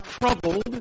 troubled